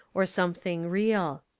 or some thing real.